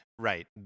Right